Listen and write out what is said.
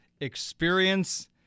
experience